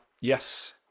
Yes